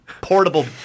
portable